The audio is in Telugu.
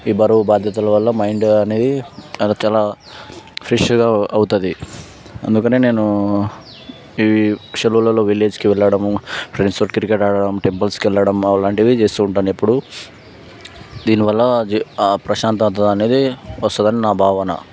ఈ బరువు బాధ్యతల వల్ల మైండ్ అనేది చాలా ఫ్రెష్గా అవుతుంది అందుకనే నేను ఈ సెలవులల్లో విలేజ్కి వెళ్ళడము ఫ్రెండ్స్ తోటి క్రికెట్ ఆడడము టెంపుల్స్కి వెళ్లడము అలాంటివి చేస్తూ ఉంటాను ఎప్పుడు దీనివల్ల ప్రశాంతత అనేది వస్తుంది అని నా భావన